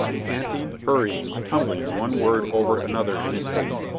panting, hurrying, tumbling one word over another in his haste,